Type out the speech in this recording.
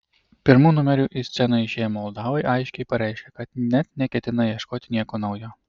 pirmu numeriu į sceną išėję moldavai aiškiai pareiškė kad net neketina ieškoti nieko naujo